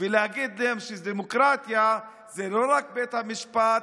ולהגיד להם שדמוקרטיה זה לא רק בית המשפט,